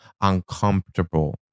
uncomfortable